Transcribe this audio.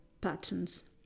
patterns